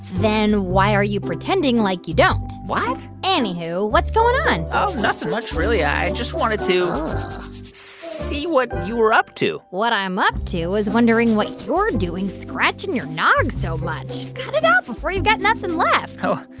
then why are you pretending like you don't? what? anywho, what's going on? oh, nothing much, really i just wanted to see what you were up to what i'm up to is wondering what you're doing scratching your nog so much. cut it out before you've got nothing left oh,